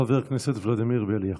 חבר הכנסת ולדימיר בליאק.